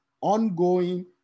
ongoing